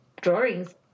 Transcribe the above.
drawings